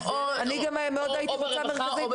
אני אשמח להראות לכם את